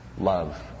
love